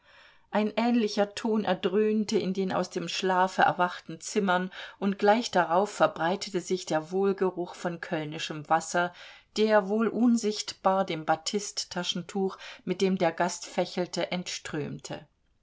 ein ähnlicher ton erdröhnte in den aus dem schlafe erwachten zimmern und gleich darauf verbreitete sich der wohlgeruch von kölnischem wasser der wohl unsichtbar dem batisttaschentuch mit dem der gast fächelte